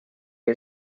que